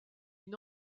une